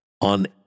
On